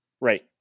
Right